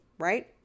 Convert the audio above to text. Right